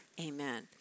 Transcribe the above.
amen